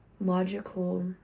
logical